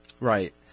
Right